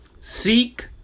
seek